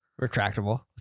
Retractable